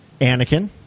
Anakin